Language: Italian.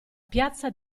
piazza